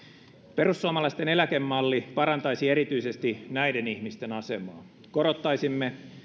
perussuomalaisten eläkemalli parantaisi erityisesti näiden ihmisten asemaa korottaisimme